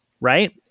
right